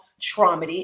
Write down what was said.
trauma